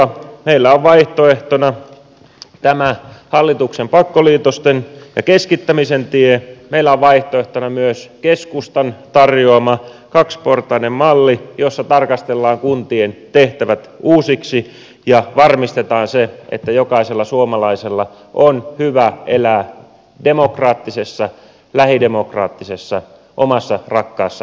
meillä on vaihtoehtona tämä hallituksen pakkoliitosten ja keskittämisen tie meillä on vaihtoehtona myös keskustan tarjoama kaksiportainen malli jossa tarkastellaan kuntien tehtävät uusiksi ja varmistetaan se että jokaisella suomalaisella on hyvä elää demokraattisessa lähidemokraattisessa omassa rakkaassa kotipitäjässä